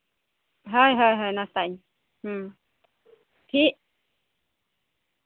ᱦᱳᱭ ᱦᱳᱭ ᱦᱳᱭ ᱱᱟᱥᱛᱟᱜᱼᱟᱹᱧ ᱦᱩᱸ ᱴᱷᱤᱠ